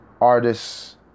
artists